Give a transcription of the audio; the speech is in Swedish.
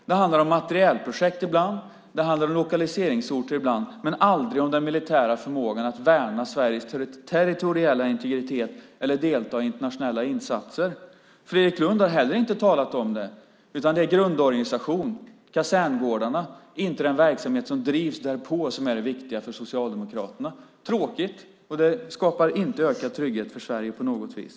Ibland handlar det om materielprojekt, ibland om lokaliseringsorter men aldrig om den militära förmågan att värna Sveriges territoriella integritet eller delta i internationella insatser. Fredrik Lundh har heller inte talat om det, utan det är grundorganisation, kaserngårdar och inte den verksamhet som drivs därpå som är det viktiga för Socialdemokraterna. Det är tråkigt, och det skapar inte ökad trygghet för Sverige på något vis.